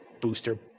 booster